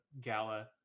gala